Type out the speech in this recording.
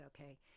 okay